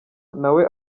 nawe